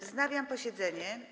Wznawiam posiedzenie.